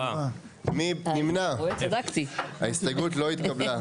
0 ההסתייגות לא התקבלה.